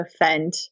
offend